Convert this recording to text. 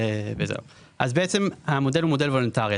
בעצם המודל הוא מודל וולונטרי,